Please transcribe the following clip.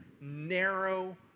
narrow